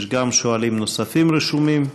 יש גם שואלים נוספים שרשומים.